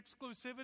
exclusivity